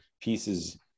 pieces